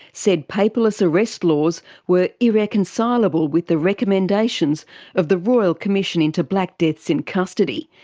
said paperless arrest laws were irreconcilable with the recommendations of the royal commission into black deaths in custody,